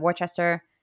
Worcester